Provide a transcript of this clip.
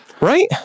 Right